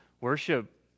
worship